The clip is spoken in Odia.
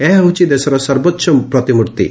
ଏହା ହେଉଛି ଦେଶର ସର୍ବୋଚ ପ୍ରତିମ୍ରିତି